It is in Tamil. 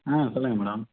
ஆ சொல்லுங்கள் மேடம்